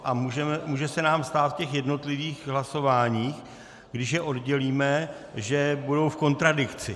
A může se nám stát v jednotlivých hlasováních, když je oddělíme, že budou v kontradikci.